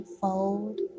fold